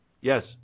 Yes